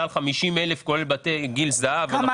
הוא מעביר את הכסף, כי זה אפילו לא כסף שלו.